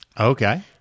Okay